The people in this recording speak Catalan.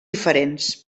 diferents